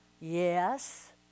Yes